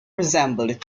resembled